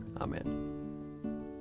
Amen